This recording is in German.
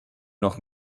noch